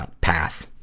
ah path,